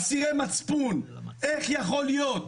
אסירי מצפון איך יכול להיות?